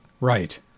right